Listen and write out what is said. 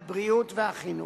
משרד הבריאות ומשרד החינוך.